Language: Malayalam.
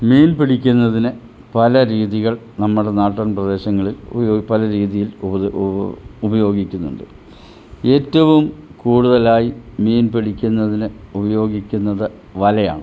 മീൻ പിടിക്കുന്നതിന് പല രീതികൾ നമ്മുടെ നാടൻ പ്രദേശങ്ങളിൽ ഒരു പല രീതിയിൽ ഉപയോഗിക്കുന്നുണ്ട് ഏറ്റവും കൂടുതലായി മീൻ പിടിക്കുന്നതിന് ഉപയോഗിക്കുന്നത് വലയാണ്